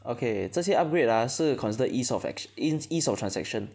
okay 这些 upgrade ah 是 consider ease of action east of transaction